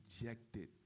rejected